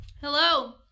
Hello